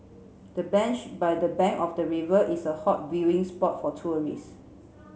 the bench by the bank of the river is a hot viewing spot for tourist